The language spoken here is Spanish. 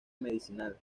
medicinal